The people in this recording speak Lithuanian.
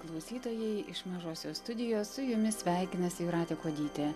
klausytojai iš mažosios studijos su jumis sveikinasi jūratė kuodytė